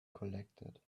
collected